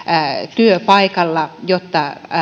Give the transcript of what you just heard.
työpaikalla jotta